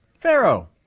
Pharaoh